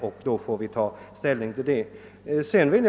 Vi får senare ta ställning till utredningens förslag.